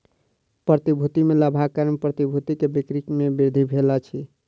प्रतिभूति में लाभक कारण प्रतिभूति के बिक्री में वृद्धि भेल अछि